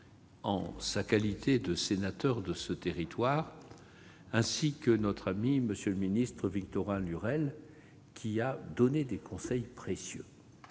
en sa qualité de sénateur de ce territoire, ainsi que notre ami l'ancien ministre Victorin Lurel, qui a donné des conseils précieux.